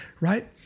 Right